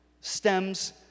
stems